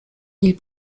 ils